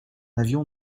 avion